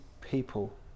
people